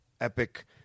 epic